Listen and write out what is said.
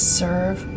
serve